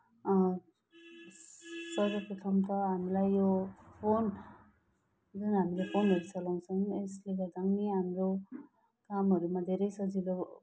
सर्वप्रथम त हामीलाई यो फोन जुन हामीले फोनहरू चलाउँछौँ है यसले गर्दा पनि हाम्रो कामहरूमा धेरै सजिलो